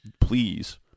please